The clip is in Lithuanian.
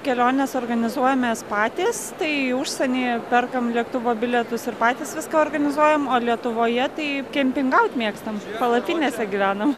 keliones organizuojamės patys tai į užsienį perkam lėktuvo bilietus ir patys viską organizuojam o lietuvoje tai kempingaut mėgstam palapinėse gyvenam